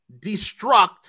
destruct